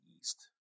east